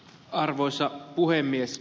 arvoisa puhemies